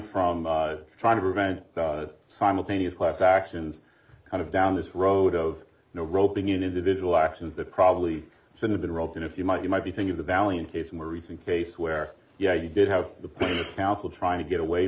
from trying to prevent simultaneous class actions kind of down this road of no roping in individual actions that probably should have been roped in if you might you might be thinking the valiant case more recent case where yeah you did have the council trying to get away